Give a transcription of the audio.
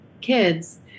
kids